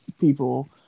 people